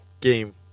game